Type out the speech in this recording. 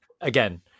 again